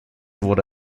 wurde